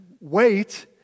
Wait